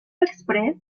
express